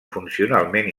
funcionalment